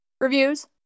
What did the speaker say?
reviews